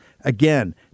Again